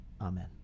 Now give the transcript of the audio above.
Amen